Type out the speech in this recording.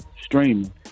streaming